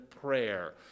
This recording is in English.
prayer